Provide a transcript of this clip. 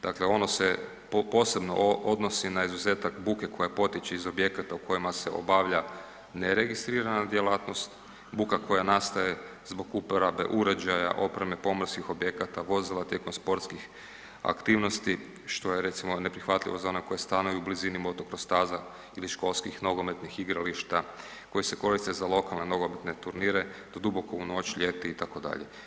Dakle, ono se posebno odnosi na izuzetak buke koja potječe iz objekata u kojima se obavlja neregistrirana djelatnost, buka koja nastaje zbog uporabe uređaja, opreme pomorskih objekata, vozila tijekom sportskih aktivnosti, što je recimo neprihvatljivo za one koji stanuju u blizini motocross staza ili školskih nogometnih igrališta koji se koriste za lokalne nogometne turnire do duboko u noć ljeti itd.